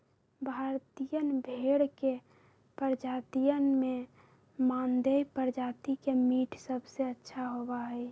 भारतीयन भेड़ के प्रजातियन में मानदेय प्रजाति के मीट सबसे अच्छा होबा हई